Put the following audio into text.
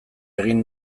egin